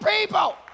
people